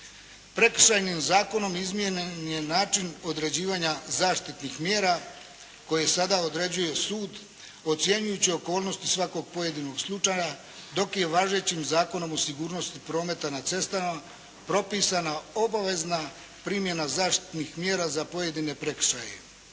Prekršajnim zakonom izmijenjen je način određivanja zaštitnih mjera koje sada određuje sud ocjenjujući okolnosti svakog pojedinog slučaja, dok je važećim Zakonom o sigurnosti prometa na cestama propisana obavezna primjena zaštitnih mjera za pojedine prekršaje.